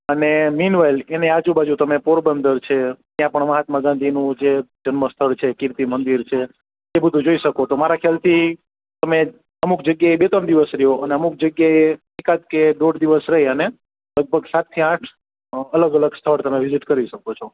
અને meanwhile એની આજુબાજુ તમે પોરબંદર છે ત્યાં પણ મહાત્મા ગાંધીનું જે જન્મ સ્થળ છે કીર્તિ મંદિર છે એ બધું જોઈ શકો તો મારા ખ્યાલથી તમે અમુક જગ્યાએ બે ત્રણ દિવસ રહો અને અમુક જગ્યાએ એકાદ કે દોઢ દિવસ રહી અને લગભગ સાતથી આઠ અલગ અલગ સ્થળ તમે વિઝિટ કરી શકો છો